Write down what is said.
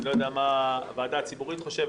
אני לא יודע מה הוועדה הציבורית חושבת